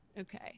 Okay